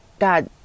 god